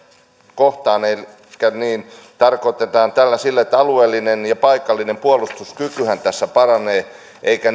kohtaan tällä tarkoitetaan sitä että alueellinen ja paikallinen puolustuskykyhän tässä paranee eikä